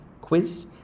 quiz